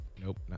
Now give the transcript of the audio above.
Nope